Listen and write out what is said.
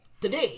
Today